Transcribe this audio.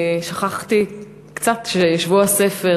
שכחתי קצת ששבוע הספר